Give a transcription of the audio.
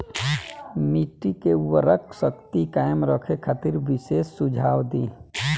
मिट्टी के उर्वरा शक्ति कायम रखे खातिर विशेष सुझाव दी?